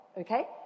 Okay